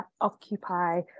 occupy